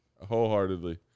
Wholeheartedly